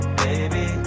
baby